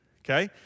Okay